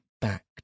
back